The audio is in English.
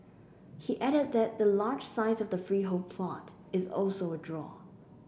he added that the large size of the freehold plot is also a draw